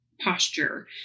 posture